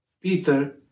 Peter